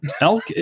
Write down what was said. Elk